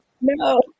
No